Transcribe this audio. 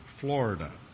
Florida